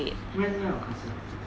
when you are on courses